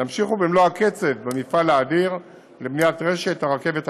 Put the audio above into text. ימשיכו במלוא הקצב במפעל האדיר לבניית רשת הרכבת הקלה,